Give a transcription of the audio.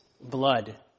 blood